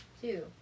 two